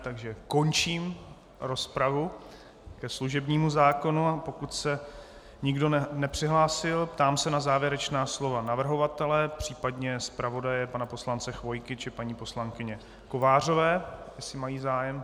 Takže končím rozpravu ke služebnímu zákonu a pokud se nikdo nepřihlásil, ptám se na závěrečná slova navrhovatele, případně zpravodaje pana poslance Chvojky, či paní poslankyně Kovářové, jestli mají zájem.